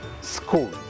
school